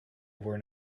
were